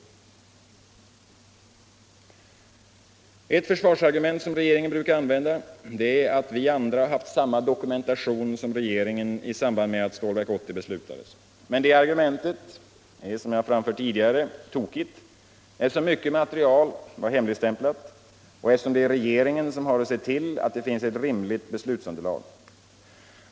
Ett försvarsargument som regeringen brukar använda är att vi andra haft samma dokumentation som regeringen i samband med att Stålverk 80 beslutades. Men det argumentet är, som jag framfört tidigare, tokigt, eftersom mycket material var hemligstämplat och eftersom det är regeringen som har att se till att det finns ett rimligt beslutsunderlag.